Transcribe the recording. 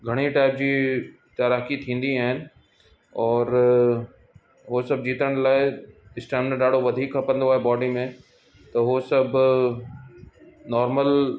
घणे टाइप जी तैराकी थींदी आहिनि औरि उहो सभु जीतण लाइ स्टैमीना ॾाढो वधीक खपंदो आहे बॉडी में त उहो सभु नॉर्मल